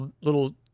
little